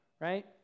right